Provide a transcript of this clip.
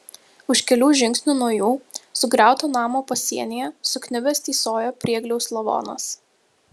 už kelių žingsnių nuo jų sugriauto namo pasienyje sukniubęs tysojo priegliaus lavonas